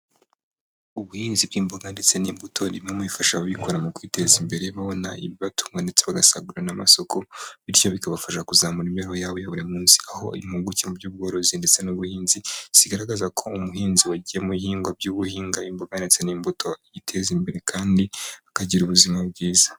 Ubuhinzi bw'imboga ndetse n'imbuto ni bimwe mu bifasha ababikora mu kwiteza imbere babona ibibatunga ndetse bagasagurira n'amasoko, bityo bikabafasha kuzamura imibereho yabo ya buri munsi, aho impuguke mu by'ubworozi ndetse n'ubuhinzi zigaragaza ko umuhinzi wagiye mu ihinga by'ubuhinga imboga ndetse n'imbuto yiteza imbere kandi akagira ubuzima bwiza.